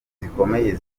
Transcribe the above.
zikomeye